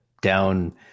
down